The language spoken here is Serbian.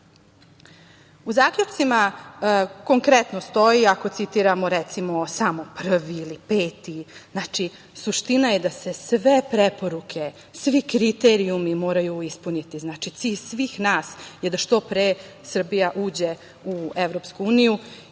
zaključcima konkretno stoji, ako citiramo recimo, samo prvi ili peti, znači, suština je da se sve preporuke, svi kriterijumi moraju ispuniti. Znači, cilj svih nas je da što pre Srbija uđe u EU i